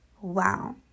Wow